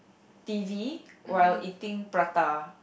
T_V while eating prata